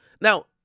now